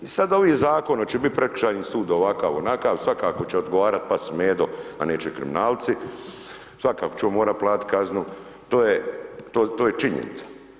I sad ovaj Zakon hoće li biti prekršajni sud ovakav, onakav, svakako će odgovarati pas medo, a neće kriminalci, svakako će on morati platiti kaznu, to je činjenica.